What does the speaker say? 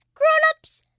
grown-ups,